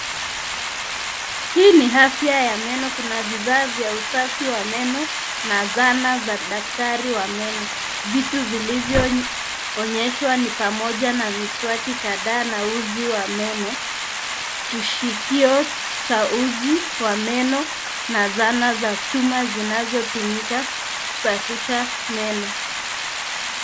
Hii ni afya ya meno. Kuna vifaa vya usafi wa meno na zana za daktari wa meno. Vitu vilivyoonyeshwa ni pamoja na miswaki kadhaa na uzi wa meno, kishikio cha uzi wa meno, na zana za chuma zinazotumika kusafisha meno.